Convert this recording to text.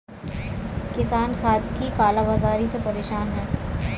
किसान खाद की काला बाज़ारी से परेशान है